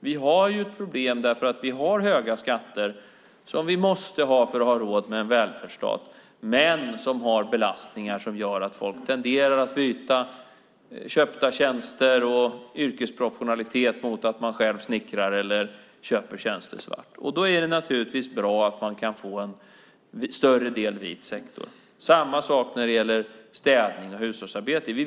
Vi har ett problem eftersom vi har höga skatter, vilket vi måste ha för att ha råd med en välfärdsstat. Men det innebär belastningar som gör att folk tenderar att byta köpta tjänster och yrkesprofessionalitet mot att man själv snickrar eller köper tjänster svart. Det är naturligtvis bra att man kan få en större del vit sektor. Samma sak gäller städning och hushållsarbete.